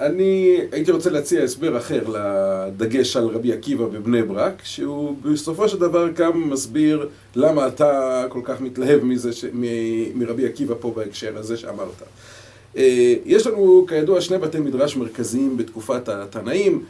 אני הייתי רוצה להציע הסבר אחר לדגש על רבי עקיבא בבני ברק שהוא בסופו של דבר כאן מסביר למה אתה כל כך מתלהב מזה, מרבי עקיבא פה בהקשר הזה שאמרת. יש לנו, כידוע, שני בתי מדרש מרכזיים בתקופת התנאים